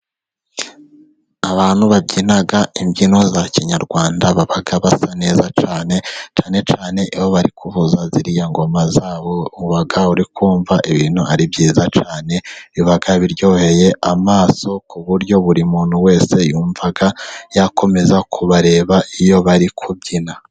Abantu babyina imbyino za kinyarwanda baba basa neza cyane, cyane cyane iyo bari kuvuza ziriya ngoma zabo, uba uri kumva ibintu ari byiza cyane biba biryoheye amaso, ku buryo buri muntu wese yumva yakomeza kubareba iyo bari kubyina.